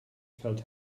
felt